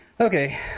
Okay